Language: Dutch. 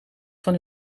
van